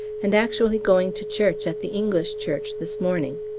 and actually going to church at the english church this morning.